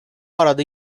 arada